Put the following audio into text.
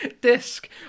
disc